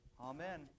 Amen